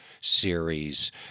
series